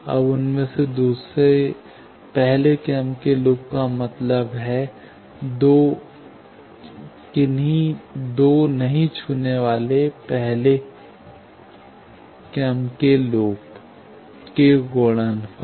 अब उसमें से दूसरा पहले क्रम के लूप का मतलब है दो किन्हीं दो नहीं छूने वाले पहले पहले क्रम के लूप के गुणनफल